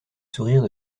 sourire